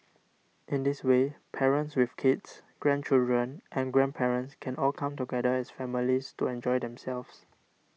in this way parents with kids grandchildren and grandparents can all come together as families to enjoy themselves